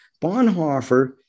Bonhoeffer